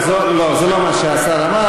תחזור, לא, זה לא מה שהשר אמר.